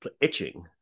itching